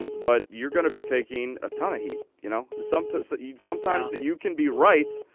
but you're gonna be taking a ton of heat, you know? sometimes so you sometimes you can be right,